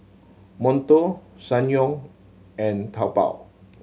Monto Ssangyong and Taobao